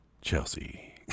Chelsea